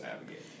navigate